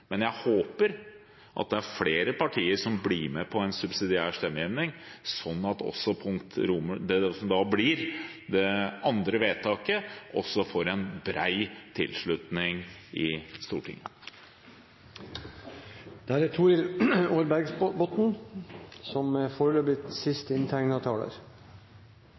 men jeg håper at det er flere partier som blir med på en subsidiær stemmegivning, sånn at det som blir det andre vedtaket, også får en bred tilslutning i Stortinget. Det er veldig bra at det blir en såpass god debatt om et så viktig tema som dette faktisk er.